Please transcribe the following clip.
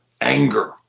anger